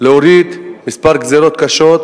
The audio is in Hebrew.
להוריד כמה גזירות קשות